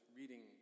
reading